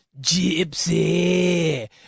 Gypsy